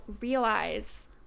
realize